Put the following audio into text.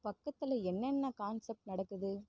பக்கத்தில் என்னென்ன கான்சப்ட் நடக்குது